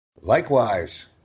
Likewise